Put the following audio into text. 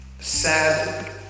sad